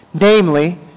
namely